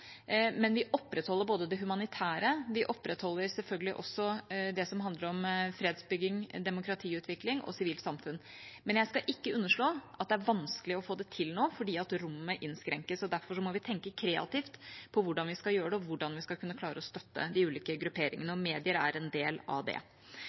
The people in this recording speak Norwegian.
men vi opprettholder det humanitære, og vi opprettholder selvfølgelig også det som handler om fredsbygging, demokratiutvikling og sivilt samfunn. Men jeg skal ikke underslå at det er vanskelig å få det til nå, fordi rommet innskrenkes. Derfor må vi tenke kreativt på hvordan vi skal gjøre det, og på hvordan vi skal kunne klare å støtte de ulike grupperingene,